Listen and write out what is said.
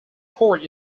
port